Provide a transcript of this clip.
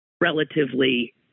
relatively